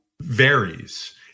varies